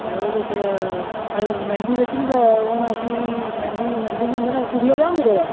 ते ओह्दे च मेंह्दी बिच्च दा होना कि मेंह्दी मेंह्दी बी होंदी ना कुड़ी दा ब्याह् मुड़े दा